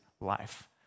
life